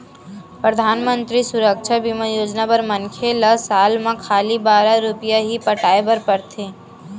परधानमंतरी सुरक्छा बीमा योजना बर मनखे ल साल म खाली बारह रूपिया ही पटाए बर परथे